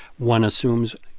one assumes,